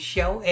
Show